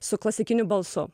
su klasikiniu balsu